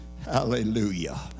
Hallelujah